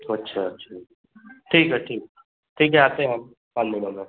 तो अच्छा अच्छा ठीक है ठीक ठीक है आते हैं हम पाँच दिनों में